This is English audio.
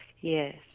yes